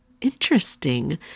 interesting